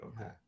okay